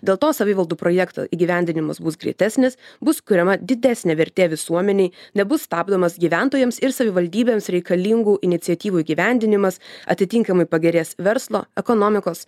dėl to savivaldų projektų įgyvendinimas bus greitesnis bus kuriama didesnė vertė visuomenei nebus stabdomas gyventojams ir savivaldybėms reikalingų iniciatyvų įgyvendinimas atitinkamai pagerės verslo ekonomikos